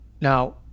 Now